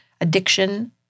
addiction